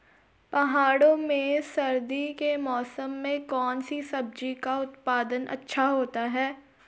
पहाड़ों में सर्दी के मौसम में कौन सी सब्जी का उत्पादन अच्छा होता है?